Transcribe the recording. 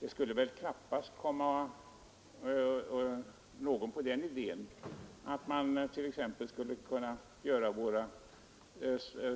Knappast någon kan väl komma på den idén att vi skulle göra våra